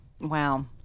wow